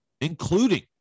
including